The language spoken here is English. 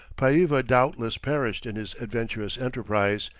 paiva doubtless perished in his adventurous enterprise,